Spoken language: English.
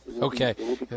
Okay